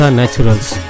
naturals